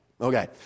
Okay